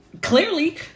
Clearly